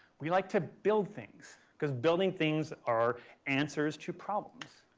we like to build things because building things are answers to problems.